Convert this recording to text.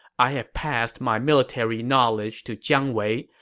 i have passed my military knowledge to jiang wei,